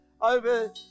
over